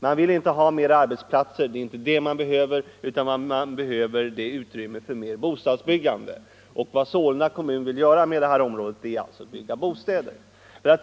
Man vill inte ha flera arbetsplatser utan man behöver området i fråga för att bättre kunna tillgodose sitt behov av bostadsbyggande.